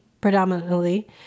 predominantly